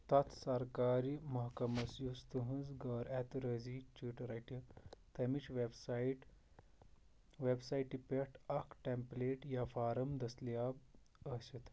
تتھ سرکاری محکَمس یُس تُہٕنٛز غٲراعتِرٲضی چِٹھ رَٹہِ تمِچ ویٚب سایٹ ویٚب سایٹہِ پؠٹھ اَکھ ٹیٚمپلیٹ یا فارم دٔستِیاب ٲسِتھ